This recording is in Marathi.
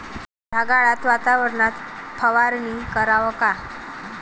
ढगाळ वातावरनात फवारनी कराव का?